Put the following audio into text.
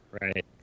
Right